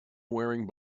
wearing